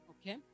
okay